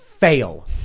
fail